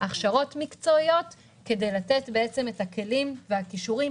והכשרות מקצועיות כדי לתת את הכלים והכישורים